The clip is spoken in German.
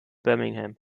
birmingham